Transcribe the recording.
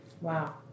Wow